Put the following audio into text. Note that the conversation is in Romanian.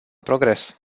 progres